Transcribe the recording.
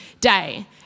day